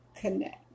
Connect